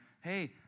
hey